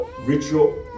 ritual